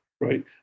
Right